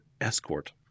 Escort